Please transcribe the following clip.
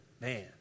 man